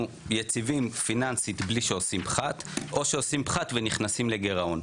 אנחנו יציבים פיננסית בלי שעושים פחת או שעושים פחת ונכנסים לגירעון.